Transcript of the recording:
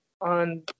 on